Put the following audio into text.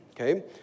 okay